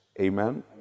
Amen